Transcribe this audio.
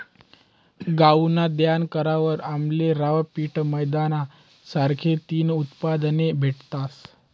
गऊनं दयन करावर आमले रवा, पीठ, मैदाना सारखा तीन उत्पादने भेटतस